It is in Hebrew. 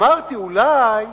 אמרתי, אולי